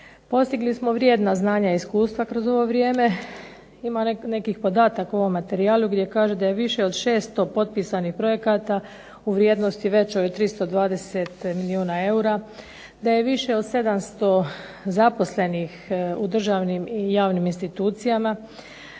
Postigli smo vrijedna znanja i iskustva kroz ovo vrijeme. Ima nekih podataka u ovom materijalu gdje kaže da je više od 600 potpisanih projekata u vrijednosti većoj od 320 milijuna eura, da je više od 700 zaposlenih u državnim i javnim institucijama,